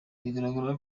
bigaragara